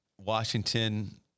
Washington